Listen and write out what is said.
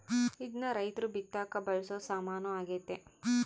ಇದ್ನ ರೈರ್ತು ಬಿತ್ತಕ ಬಳಸೊ ಸಾಮಾನು ಆಗ್ಯತೆ